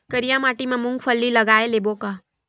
करिया माटी मा मूंग फल्ली लगय लेबों का?